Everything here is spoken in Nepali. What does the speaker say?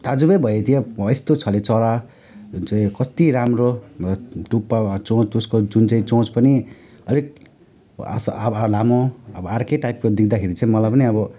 ताजुब भएको थिएँ अब यस्तो खाले चरा जुन चाहिँ कति राम्रो भयो टुप्पामा चोँच उसको जुन चाहिँ चोँच पनि अलिक अस्वभाव लागे अब अर्कै टाइपको देख्दाखेरि चाहिँ मलाई पनि अब